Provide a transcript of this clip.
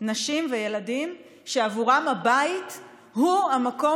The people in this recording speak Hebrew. נשים וילדים שעבורם הבית הוא המקום